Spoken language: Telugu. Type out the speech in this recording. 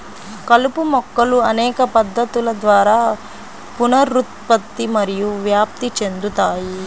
కలుపు మొక్కలు అనేక పద్ధతుల ద్వారా పునరుత్పత్తి మరియు వ్యాప్తి చెందుతాయి